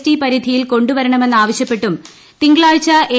ട്ടി പരിധിയിൽ കൊണ്ടുവരണമെന്ന് ആവശ്യപ്പെട്ടും ്തിങ്കളാഴ്ച എ